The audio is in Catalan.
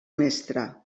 mestra